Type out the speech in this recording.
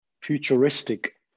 futuristic